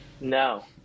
No